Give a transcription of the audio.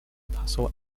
passau